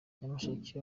nyamasheke